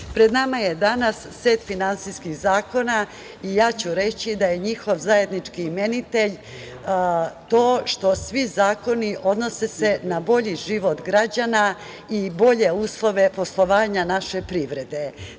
pred nama je danas set finansijskih zakona i ja ću reći da je njihov zajednički imenitelj to što svi zakoni odnose se na bolji život građana i bolje uslove poslovanja naše privrede. Takođe,